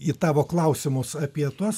į tavo klausimus apie tuos